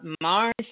Mars